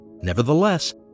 Nevertheless